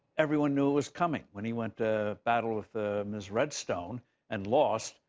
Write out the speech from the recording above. everyone knew it was coming when he went to battle with misread stone and lost,